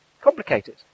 Complicated